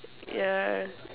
yeah